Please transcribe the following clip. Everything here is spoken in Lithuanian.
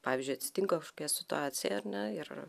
pavyzdžiui atsitinka kažkokia situacija ar ne ir